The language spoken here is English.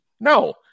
No